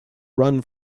run